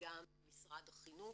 וגם משרד החינוך,